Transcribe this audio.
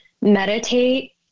meditate